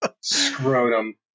scrotum